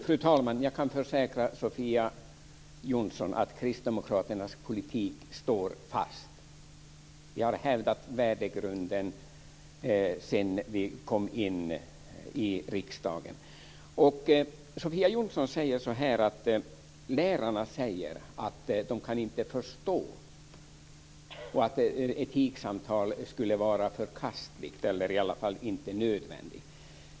Fru talman! Jag kan försäkra Sofia Jonsson att Kristdemokraternas politik står fast. Vi har hävdat värdegrunden sedan vi kom in i riksdagen. Sofia Jonsson säger att lärarna säger att de inte kan förstå detta och att etiksamtal skulle vara förkastliga, eller i varje fall inte nödvändiga.